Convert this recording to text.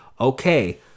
Okay